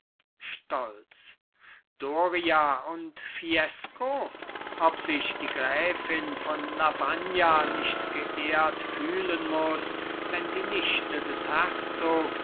stolz doria und fiesco ob sich die gräfin von lavagna nicht geehrt fühlen muß wenn die nichte des herzogs